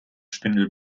spindel